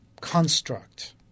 construct